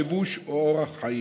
לבוש או אורח חיים.